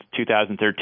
2013